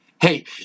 Hey